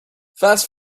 fast